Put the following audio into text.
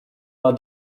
war